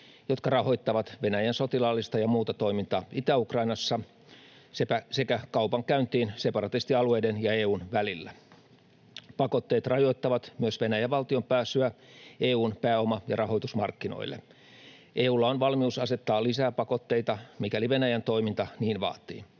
jotka rahoittavat Venäjän sotilaallista ja muuta toimintaa Itä-Ukrainassa, sekä kaupankäyntiin separatistialueiden ja EU:n välillä. Pakotteet rajoittavat myös Venäjän valtion pääsyä EU:n pääoma- ja rahoitusmarkkinoille. EU:lla on valmius asettaa lisää pakotteita, mikäli Venäjän toiminta niin vaatii.